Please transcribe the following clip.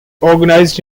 organized